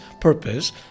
purpose